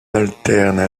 alternent